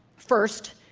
first,